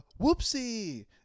Whoopsie